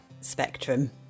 spectrum